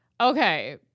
Okay